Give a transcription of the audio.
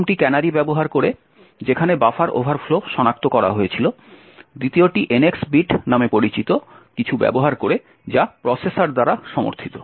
প্রথমটি ক্যানারি ব্যবহার করে যেখানে বাফার ওভারফ্লো সনাক্ত করা হয়েছিল দ্বিতীয়টি এনএক্স বিট নামে পরিচিত কিছু ব্যবহার করছে যা প্রসেসর দ্বারা সমর্থিত